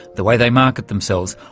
the way they market themselves,